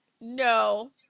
no